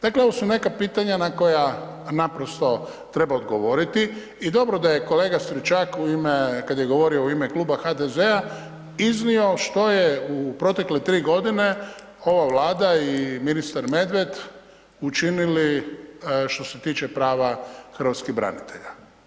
Dakle, ovo su neka pitanja na koja naprosto treba odgovoriti i dobro da je kolega Stričak u ime, kad je govorio u ime Kluba HDZ-a iznio što je u protekle 3.g. ova Vlada i ministar Medved učinili što se tiče prava hrvatskih branitelja.